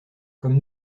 comme